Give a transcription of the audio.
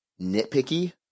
nitpicky